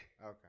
Okay